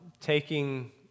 taking